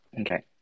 Okay